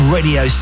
Radio